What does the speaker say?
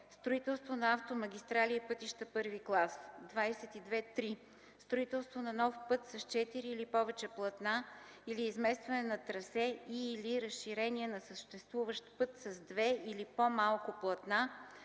Строителство на автомагистрали и пътища I клас. 22.3. Строителство на нов път с четири или повече платна или изместване на трасе и/или разширение на съществуващ път с две или по-малко платна